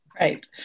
Right